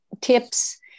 tips